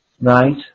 Right